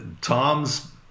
Tom's